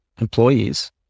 employees